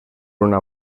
una